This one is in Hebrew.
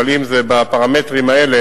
אבל אם זה בפרמטרים האלה,